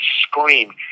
scream